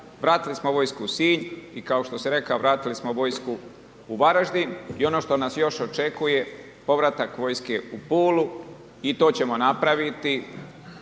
Vratili smo vojsku u Sinj i kao što si rekao, vratili smo vojsku u Varaždin. I ono što nas još očekuje, povratak vojske u Pulu i to ćemo napraviti